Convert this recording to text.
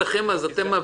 שעובר